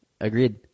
Agreed